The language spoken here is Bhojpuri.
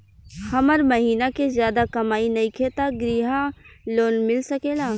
हमर महीना के ज्यादा कमाई नईखे त ग्रिहऽ लोन मिल सकेला?